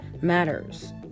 matters